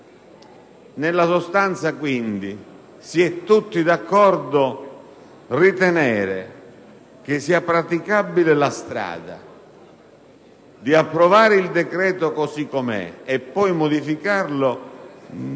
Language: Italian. Nella sostanza, quindi, si è tutti d'accordo nel ritenere che praticare la strada di approvare il decreto così com'è e poi modificarlo priverebbe